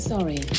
Sorry